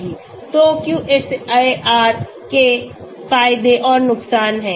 तो QSAR के फायदे और नुकसान हैं